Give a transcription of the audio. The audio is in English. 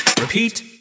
Repeat